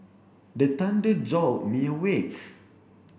the thunder jolt me awake